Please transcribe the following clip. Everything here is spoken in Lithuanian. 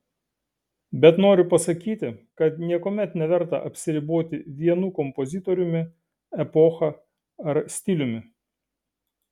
bet noriu pasakyti kad niekuomet neverta apsiriboti vienu kompozitoriumi epocha ar stiliumi